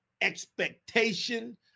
expectation